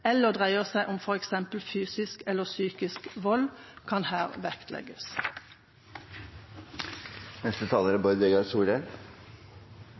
dreier seg om f.eks. fysisk eller psykisk vold, kan her vektlegges.